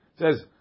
Says